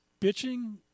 bitching